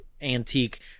antique